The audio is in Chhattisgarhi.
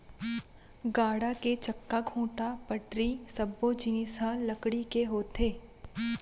गाड़ा के चक्का, खूंटा, पटरी सब्बो जिनिस ह लकड़ी के होथे